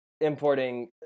importing